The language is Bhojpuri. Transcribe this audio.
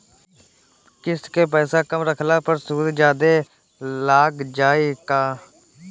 किश्त के पैसा कम रखला पर सूद जादे लाग जायी का?